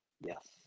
yes